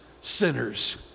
sinners